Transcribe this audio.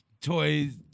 Toys